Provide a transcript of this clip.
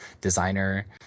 designer